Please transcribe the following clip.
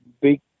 big